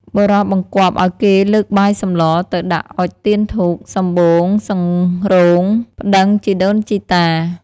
បុរសបង្គាប់ឱ្យគេលើកបាយសម្លរ ទៅដាក់អុជ ទៀនធូប សំបូងសង្រូងប្ដឹងជីដូនជីតា។